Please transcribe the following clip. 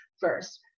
first